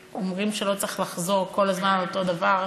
אומרים שלא צריך לחזור כל הזמן על אותו דבר,